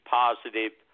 positive